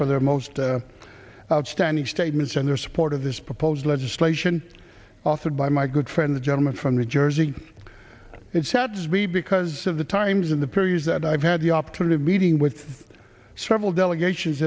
for their most outstanding statements and their support of this proposed legislation authored by my good friend the gentleman from new jersey it saddens me because of the times in the period that i have had the opportunity of meeting with several delegation